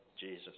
Jesus